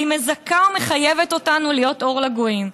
והיא מזכה ומחייבת אותנו להיות אור לגויים"